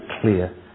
clear